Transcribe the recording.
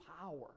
power